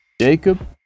Jacob